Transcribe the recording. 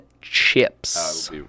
Chips